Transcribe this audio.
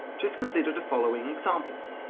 just consider the following examples.